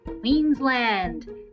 Queensland